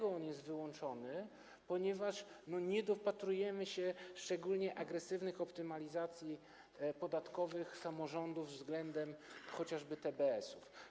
On jest tu wyłączony, ponieważ my nie dopatrujemy się szczególnie agresywnych optymalizacji podatkowych ze strony samorządów względem chociażby TBS-ów.